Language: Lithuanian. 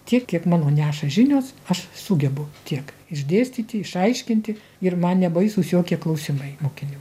tiek kiek mano neša žinios aš sugebu tiek išdėstyti išaiškinti ir man nebaisūs jokie klausimai mokinių